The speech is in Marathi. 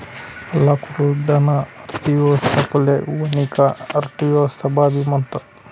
लाकूडना अर्थव्यवस्थाले वानिकी अर्थव्यवस्थाबी म्हणतस